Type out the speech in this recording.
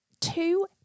two